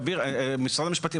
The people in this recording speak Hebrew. עביר מטאנס,